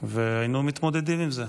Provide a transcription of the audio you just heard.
והיינו מתמודדים עם זה.